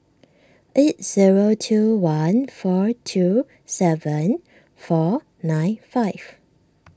eight zero two one four two seven four nine five